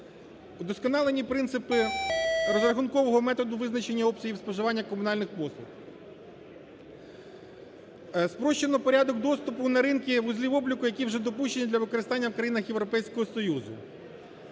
Удосконалені принципи розрахункового методу визначення обсягів споживання комунальних послуг. Спрощено порядок доступу на ринки вузлів обліку, які вже допущено для використання в країнах Європейського Союзу.